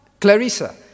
Clarissa